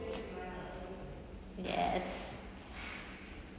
yes